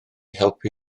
helpu